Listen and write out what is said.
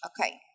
Okay